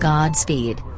Godspeed